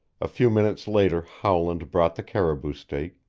a few minutes later howland brought the caribou steak,